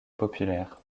populaire